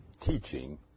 teaching